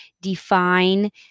define